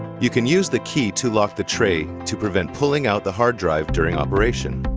you can use the key to lock the tray to prevent pulling out the hard drive during operation.